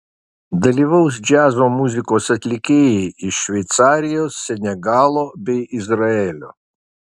dalyvaus džiazo muzikos atlikėjai iš šveicarijos senegalo bei izraelio